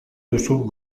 duzun